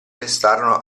restarono